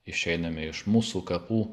išeiname iš mūsų kapų